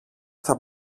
στα